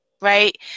Right